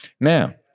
Now